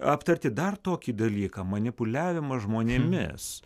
aptarti dar tokį dalyką manipuliavimas žmonėmis